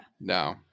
No